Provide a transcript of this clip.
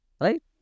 right